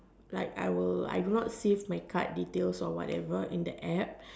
like I will I will not save my card details o whatever in the App